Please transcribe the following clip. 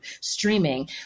streaming